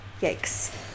yikes